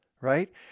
right